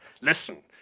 Listen